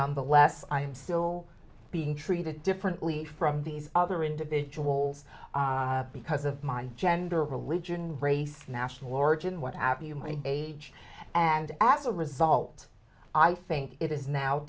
nonetheless i am still being treated differently from these other individuals because of my gender religion race national origin what have you my age and as a result i think it is now